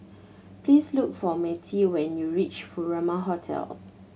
please look for Mattye when you reach Furama Hotel